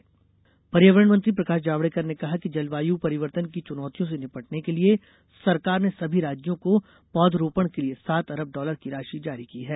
पर्यावरण जावडेकर पर्यावरण मंत्री प्रकाश जावड़ेकर ने कहा है कि जलवायु परिवर्तन की चुनौतियों से निपटने के लिए सरकार ने सभी राज्यों को पौधरोपण के लिए सात अरब डॉलर की राशि जारी की है